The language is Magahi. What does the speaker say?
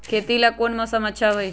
खेती ला कौन मौसम अच्छा होई?